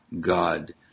God